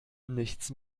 nichts